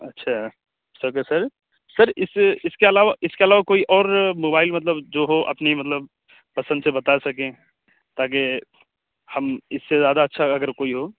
اچھا it's okay sir sir اس اس کے علاوہ اس کے علاوہ کوئی اور موبائل مطلب جو ہو اپنی مطلب پسند سے بتا سکیں تاکہ ہم اس سے زیادہ اچھا اگر کوئی ہو